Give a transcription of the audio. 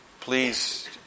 please